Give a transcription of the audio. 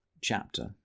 chapter